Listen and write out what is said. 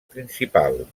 principal